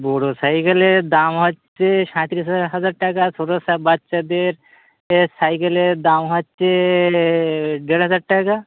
বড় সাইকেলের দাম হচ্ছে সাঁইত্রিশ হাজার টাকা ছোটো সা বাচ্চাদের এর সাইকেলের দাম হচ্ছে দেড় হাজার টাকা